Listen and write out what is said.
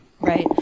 Right